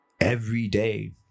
everyday